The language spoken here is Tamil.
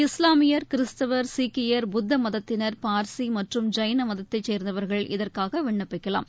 இஸ்லாமியர் கிறிஸ்தவர் சீக்கியர் புத்த மதத்தினர் பார்சி மற்றும் ஜைன மதத்தை சேர்ந்தவர்கள் இதற்காக விண்ணப்பிக்கலாம்